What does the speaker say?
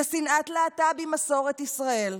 ששנאת להט"ב היא מסורת ישראל,